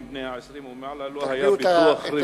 בני ה-20 ומעלה לא היה ביטוח רפואי משלים,